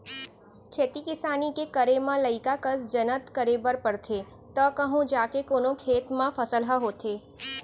खेती किसानी के करे म लइका कस जनत करे बर परथे तव कहूँ जाके कोनो खेत म फसल ह होथे